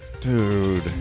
Dude